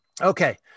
Okay